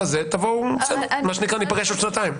במקרה כזה תבואו ומה שנקרא, ניפגש עוד שנתיים.